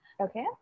okay